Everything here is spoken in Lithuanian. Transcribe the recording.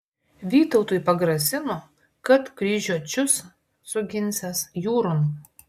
vytautui pagrasino kad kryžiuočius suginsiąs jūron